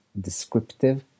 descriptive